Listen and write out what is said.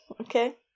Okay